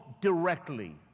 directly